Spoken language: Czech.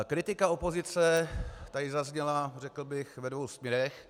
Kritika opozice tady zazněla, řekl bych, ve dvou směrech.